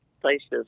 places